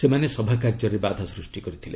ସେମାନେ ସଭାକାର୍ଯ୍ୟରେ ବାଧା ସୃଷ୍ଟି କରିଥିଲେ